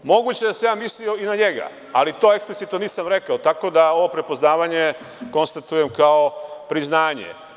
Moguće je da sam ja mislio i na njega, ali to eksplicitno nisam rekao, tako da ovo prepoznavanje konstatujem kao priznanje.